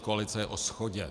Koalice je o shodě.